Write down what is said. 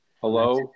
Hello